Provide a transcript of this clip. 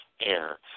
AIR